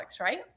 right